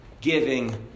giving